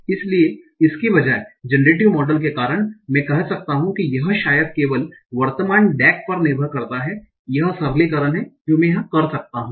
इसलिए इसके बजाय जनरेटिव मॉडल के कारण मैं कह सकता हूं कि यह शायद केवल वर्तमान डेक पर निर्भर करता है यह सरलीकरण है जो मैं कर सकता हूं